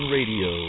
Radio